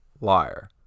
liar